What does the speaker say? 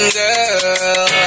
girl